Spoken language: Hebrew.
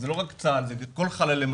של חללי צה"ל,